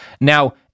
Now